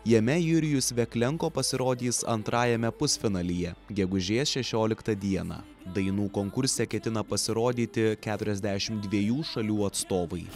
jame jurijus veklenko pasirodys antrajame pusfinalyje gegužės šešioliktą dieną dainų konkurse ketina pasirodyti keturiasdešimt dviejų šalių atstovai